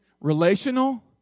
relational